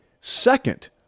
second